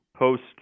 post